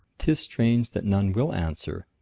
tis strange that none will answer!